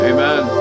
Amen